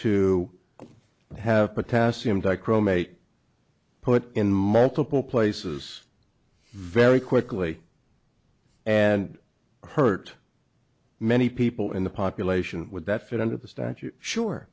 to have potassium die chromate put in multiple places very quickly and hurt many people in the population would that fit under the statute sure